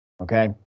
Okay